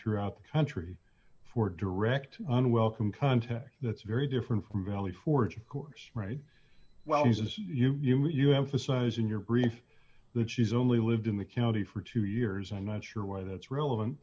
throughout the country for direct unwelcome contact that's very different from valley forge of course right well he says you know you mean you emphasize in your brief that she's only lived in the county for two years i'm not sure why that's relevant